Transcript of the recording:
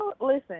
Listen